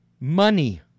money